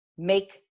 make